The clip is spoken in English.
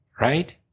right